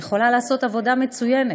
היא יכולה לעשות עבודה מצוינת,